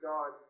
God